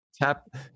Tap